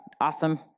awesome